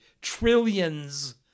trillions